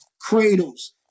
cradles